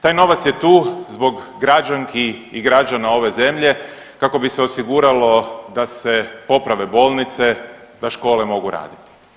Taj novac je tu zbog građanki i građana ove zemlje kako bi se osiguralo da se poprave bolnice, da škole mogu raditi.